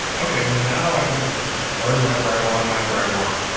okay, now i can just learn whatever i want, whenever i want.